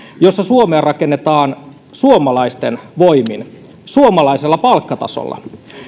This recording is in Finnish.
jossa suomea rakennetaan suomalaisten voimin suomalaisella palkkatasolla